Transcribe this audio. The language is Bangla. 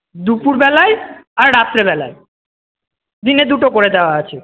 দুপুরবেলায় আর রাত্রেবেলায় দিনে দুটো করে দেওয়া আছে